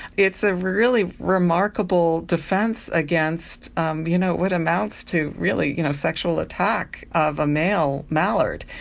it's a really remarkable defence against um you know what amounts to really you know sexual attack of a male mallard.